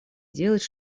делать